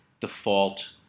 default